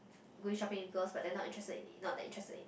go shopping with girl but then not interested in not that interested in